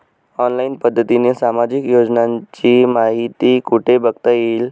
Online पद्धतीने सामाजिक योजनांची माहिती कुठे बघता येईल?